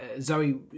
Zoe